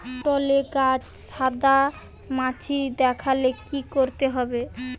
পটলে গাছে সাদা মাছি দেখালে কি করতে হবে?